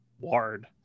ward